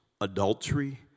adultery